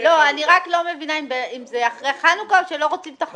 אני רק לא מבינה אם זה אחרי חנוכה או שלא רוצים את החוק.